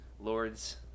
Lords